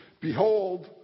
Behold